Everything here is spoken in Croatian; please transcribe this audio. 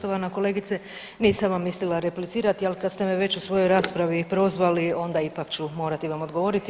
Poštovana kolegice, nisam vam mislila replicirati ali kad ste me već u svojoj raspravi prozvali onda ipak ću morati vam odgovoriti.